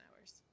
hours